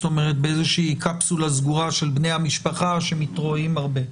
באיזושהי קפסולה סגורה של בני המשפחה שמתרועעים הרבה.